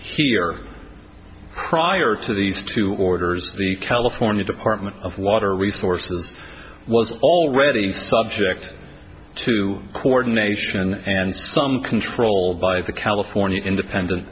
here prior to these two orders the california department of water resources was already stopped ject to coordination and some controlled by the california independent